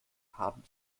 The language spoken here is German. haben